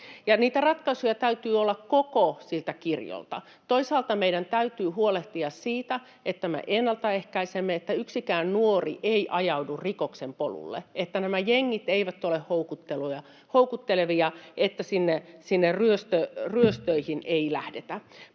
ratkaisuja täytyy olla koko siltä kirjolta. Toisaalta meidän täytyy huolehtia siitä, että me ennaltaehkäisemme, että yksikään nuori ei ajaudu rikoksen polulle, että jengit eivät ole houkuttelevia, että ryöstöihin ei lähdetä.